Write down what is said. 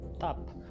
top